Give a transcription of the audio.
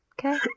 okay